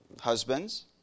Husbands